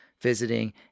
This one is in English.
visiting